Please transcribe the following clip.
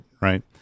right